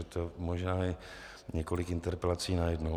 To je možná několik interpelací najednou.